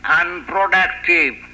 unproductive